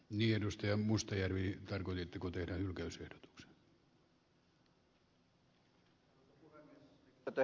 miinusta ja takaisin ja aloittaa valmistelu uudelta pöydältä